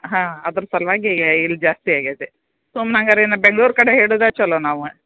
ಹಾಂ ಅದ್ರ ಸಲುವಾಗಿ ಈಗ ಇಲ್ಲಿ ಜಾಸ್ತಿ ಆಗೈತೆ ಸುಮ್ನೆ ಹಂಗಾರಿನ್ನು ಬೆಂಗಳೂರು ಕಡೆ ಹಿಡಿದ್ರೆ ಚಲೋ ನಾವು